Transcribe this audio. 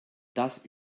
das